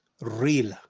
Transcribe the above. real